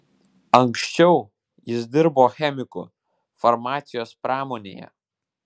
anksčiau jis dirbo chemiku farmacijos pramonėje